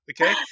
okay